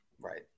Right